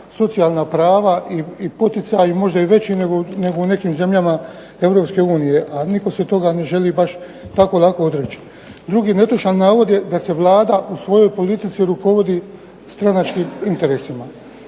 socijalna prava i poticaji možda i veći nego u nekim zemljama EU, a nitko se toga ne želi baš tako lako odreći. Drugi netočan navod je da se Vlada u svojoj politici rukovodi stranačkim interesima